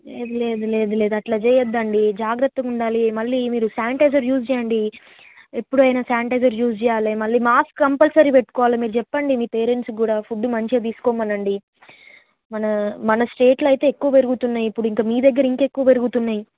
లేదు లేదు లేదు లేదు అట్ల చేయద్దండి జాగ్రత్తగా ఉండాలి మళ్ళీ మీరు శానిటైజర్ యూజ్ చేయండి ఎప్పుడైన శానిటైజర్ యూస్ చేయాలి మళ్ళీ మాస్క్ కంపల్సరీ పెట్టుకోవాలి మీరు చెప్పండి మీ పేరెంట్సుకి కూడా ఫుడ్ మంచిగా తీసుకోమనండి మన మన స్టేట్లో అయితే ఎక్కువ పెరుగుతున్నాయి ఇప్పు డ ఇంకా మీ దగ్గర ఇంకా ఎక్కువ పెరుగుతున్నాయి